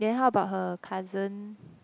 then how about her cousin